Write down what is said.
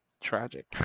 Tragic